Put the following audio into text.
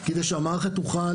כדי שהמערכת תוכל